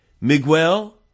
Miguel